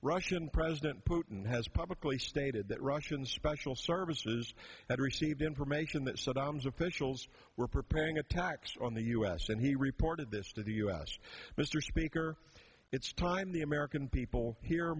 russian president putin has publicly stated that russian special services had received information that saddam's officials were preparing attacks on the u s and he reported this to the u s mr speaker it's time the american people hear